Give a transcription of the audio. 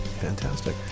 fantastic